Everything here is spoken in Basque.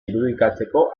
irudikatzeko